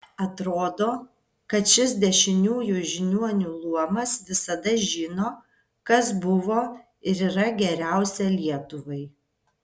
atrodo kad šis dešiniųjų žiniuonių luomas visada žino kas buvo ir yra geriausia lietuvai